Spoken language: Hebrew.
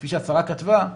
כפי שכתבה השרה,